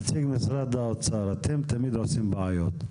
נציג משרד האוצר, אתם תמיד עושים בעיות.